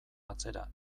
atzera